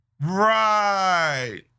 Right